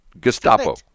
Gestapo